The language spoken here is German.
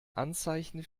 anzeichen